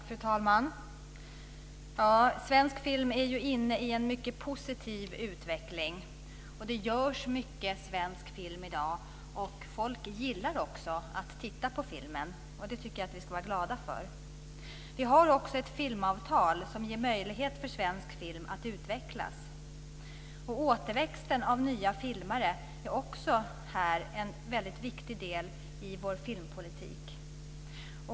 Fru talman! Svensk film är inne i en mycket positiv utveckling. Det görs mycket svensk film i dag, och folk gillar också att titta på den. Det tycker jag att vi ska vara glada för. Vi har ett filmavtal som ger möjligheter för svensk film att utvecklas. Återväxten av nya filmare är också en viktig del i vår filmpolitik.